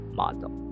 model